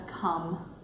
come